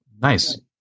Nice